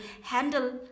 handle